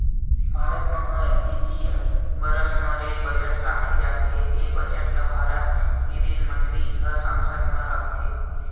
भारत म हर बित्तीय बरस म रेल बजट राखे जाथे ए बजट ल भारत के रेल मंतरी ह संसद म रखथे